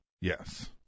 Yes